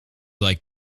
like